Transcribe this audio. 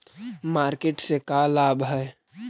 Market से का लाभ है?